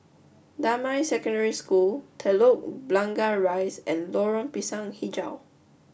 Damai Secondary School Telok Blangah Rise and Lorong Pisang Hijau